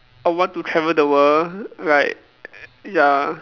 I would want to travel the world like ya